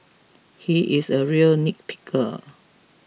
he is a real nitpicker